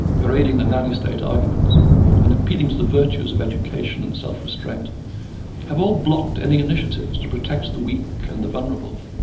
parading the nanny state arguments and appealing to the virtues of education and self-restraint have all blocked any initiatives to protect the weak and the vulnerable.